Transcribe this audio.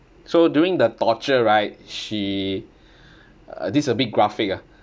so during the torture right she uh this a bit graphic ah